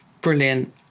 Brilliant